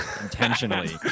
intentionally